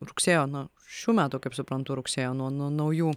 rugsėjo na šių metų kaip suprantu rugsėjo nuo n naujų